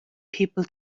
people